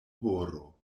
horo